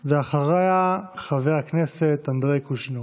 אחריה, חבר הכנסת אנדרי קוז'ינוב.